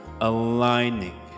aligning